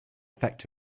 affect